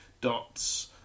dots